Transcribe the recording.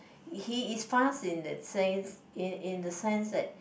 he is fast in the sense in in the sense that